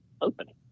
opening